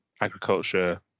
agriculture